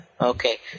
Okay